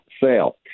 sale